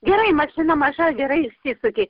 gerai mašina maža gerai išsisuki